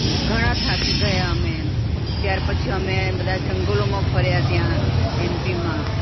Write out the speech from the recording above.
ઘણા થાકી ગયા અમે ત્યાર પછી અમે બધા જંગલોમાં ફર્યા ત્યાં એમપીમાં